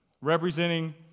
representing